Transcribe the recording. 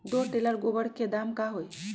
दो टेलर गोबर के दाम का होई?